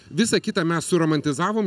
visa kita mes suromantizavom